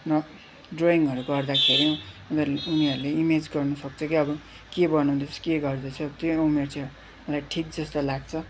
न ड्रयिङहरू गर्दाखेरि उनर उनीहरूले इमेज गर्नु सक्छ कि अब के बनाउँदैछु के गर्दैछु त्यो उमेर चाहिँ मलाई ठिक जस्तो लाग्छ